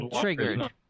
triggered